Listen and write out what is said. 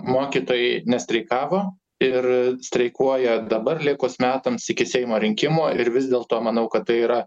mokytojai nestreikavo ir streikuoja dabar likus metams iki seimo rinkimų ir vis dėlto manau kad tai yra